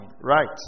right